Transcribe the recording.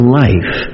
life